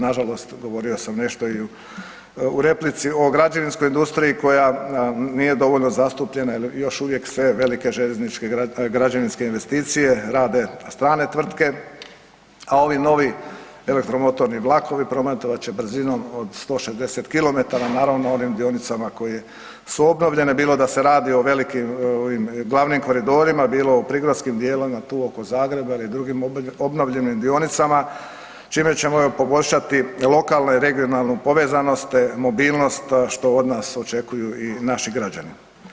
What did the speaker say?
Nažalost, govorio sam nešto i u replici o građevinskoj industriji koja nije dovoljno zastupljena jer još uvijek se velike željezničke građevinske investicije rade strane tvrtke, a ovi novi elektromotorni vlakovi prometovat će brzinom od 160 km, naravno, onim dionicama koje su obnovljene, bilo da se radi o velikim ovim, glavnim koridorima, bilo u prigradskim dijelovima, tu oko Zagreba ili drugim obnovljenim dionicama čime ćemo poboljšati lokalnu i regionalnu povezanost te mobilnost, što od nas očekuju i naši građani.